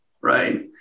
right